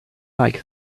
like